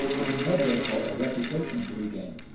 and he had therefore a reputation to regain.